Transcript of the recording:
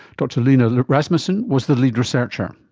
dr line ah rasmussen was the lead researcher.